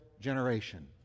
generation